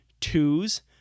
twos